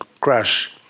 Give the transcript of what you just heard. crash